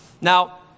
Now